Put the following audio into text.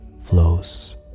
flows